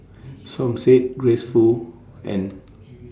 Som Said Grace Fu and